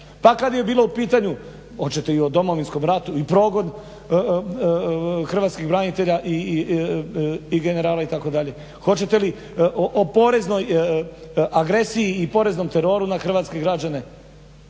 Pa kada je bilo u pitanju hoćete o Domovinskom ratu i progon hrvatskih branitelja, generala itd., hoćete li o poreznoj agresiji i o poreznom teroru na hrvatske građane?